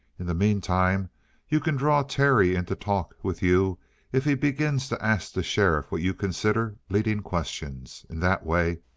in the meantime you can draw terry into talk with you if he begins to ask the sheriff what you consider leading questions. in that way,